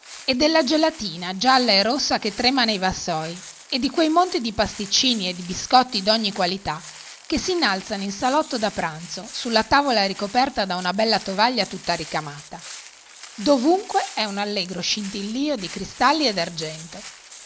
e della gelatina gialla e rossa che trema nei vassoi e di quei monti di pasticcini e di biscotti d'ogni qualità che si inalzano in salotto da pranzo sulla tavola ricoperta da una bella tovaglia tutta ricamata dovunque è un allegro scintillio di cristalli e d'argento